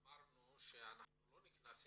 אמרנו שאנחנו לא נכנסים לפרטים.